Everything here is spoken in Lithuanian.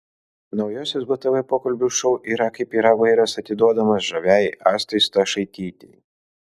naujosios btv pokalbių šou yra kaip yra vairas atiduodamas žaviajai astai stašaitytei